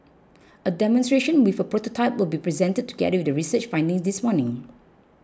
a demonstration with a prototype will be presented together with the research findings this morning